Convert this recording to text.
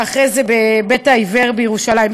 ואחרי זה בבית-העיוור בירושלים,